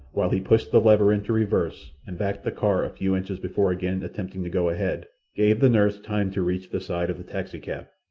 while he pushed the lever into reverse and backed the car a few inches before again attempting to go ahead, gave the nurse time to reach the side of the taxicab.